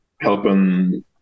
helping